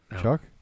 Chuck